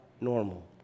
normal